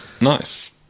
Nice